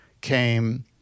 came